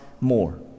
more